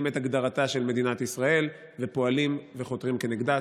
את הגדרתה של מדינת ישראל ופועלים וחותרים כנגדה.